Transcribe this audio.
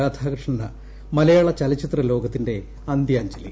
രാധാകൃഷ്ണന് മലയാള ചലച്ചിത്ര ലോകത്തിന്റെ അന്ത്യാജ്ഞലി